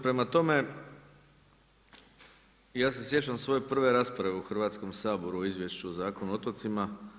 Prema tome, ja se sjećam svoje prve rasprave u Hrvatskom saboru o Izvješću o Zakonu o otocima.